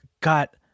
got